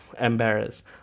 embarrassed